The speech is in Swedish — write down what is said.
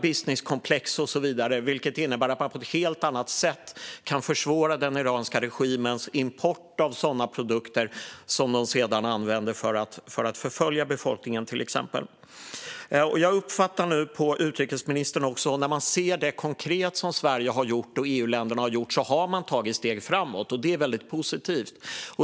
De har stora businesskomplex och så vidare. Det innebär att man på ett helt annat sätt kan försvåra den iranska regimens import av sådana produkter som den sedan använder för att till exempel förfölja befolkningen. När man ser det konkreta som Sverige och EU-länderna har gjort ser man att det har tagits steg framåt, och det är väldigt positivt.